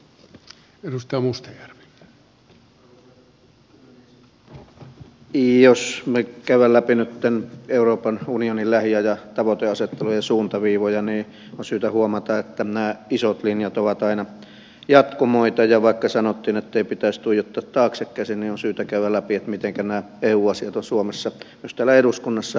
jos me käymme läpi nyt euroopan unionin lähiajan tavoiteasetteluja ja suuntaviivoja niin on syytä huomata että nämä isot linjat ovat aina jatkumoita ja vaikka sanottiin ettei pitäisi tuijottaa taaksekäsin niin on syytä käydä läpi mitenkä nämä eu asiat on suomessa myös täällä eduskunnassa vyörytetty